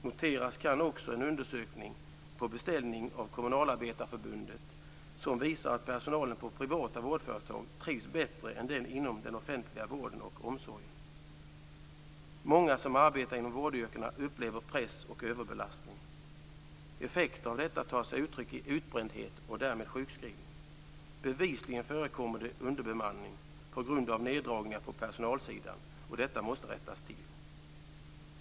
Noteras kan också att det gjorts en undersökning på beställning av Kommunalarbetarförbundet som visar att personalen på privata vårdföretag trivs bättre än den inom den offentliga vården och omsorgen. Många som arbetar inom vårdyrkena upplever press och överbelastning. Effekterna av detta tar sig uttryck i utbrändhet och därmed sjukskrivning. Bevisligen förekommer det underbemanning på grund av neddragningar på personalsidan, och detta måste rättas till.